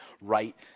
right